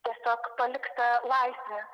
tiesiog palikta laisvė